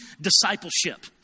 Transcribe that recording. discipleship